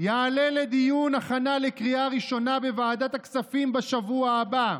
יעלה לדיון הכנה לקריאה ראשונה בוועדת הכספים בשבוע הבא.